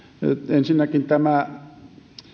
ensinnäkin tämä